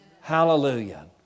Hallelujah